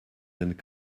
and